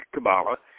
Kabbalah